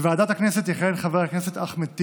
בוועדת הכנסת יכהן חבר הכנסת אחמד טיבי,